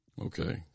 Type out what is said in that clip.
Okay